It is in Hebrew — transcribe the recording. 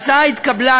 ההצעה התקבלה,